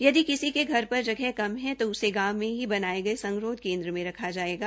यदि किसी के घर पर जगह कम है तो उसे गांव में बनाये गये संगरोध केन्द्र में रखा जायेगा